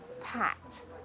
packed